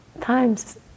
times